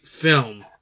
film